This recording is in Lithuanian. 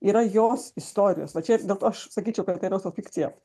yra jos istorijos va čia ir dėl to aš sakyčiau kad tai yra autofikcija